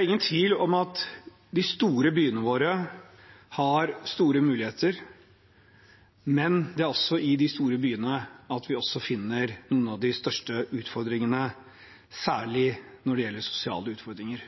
ingen tvil om at de store byene våre har store muligheter, men det er også i de store byene vi finner noen av de største utfordringene, særlig når det gjelder sosiale utfordringer.